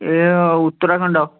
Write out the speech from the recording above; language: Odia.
ଏ ଉତ୍ତରାଖଣ୍ଡ